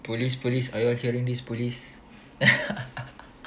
police police are you all hearing this police